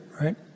right